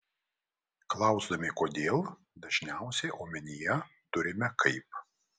klausdami kodėl dažniausiai omenyje turime kaip